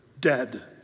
dead